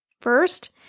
first